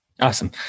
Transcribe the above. Awesome